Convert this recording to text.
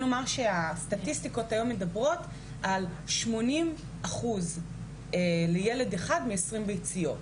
הסטטיסטיקות היום מדברות על 80% לילד אחד מ-20 ביציות,